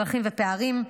צרכים ופערים.